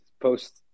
post